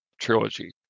trilogy